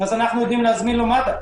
אז אנחנו מזמינים לו מד"א.